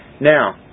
now